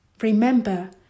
Remember